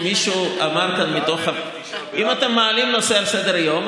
אם אתם מעלים נושא על סדר-היום,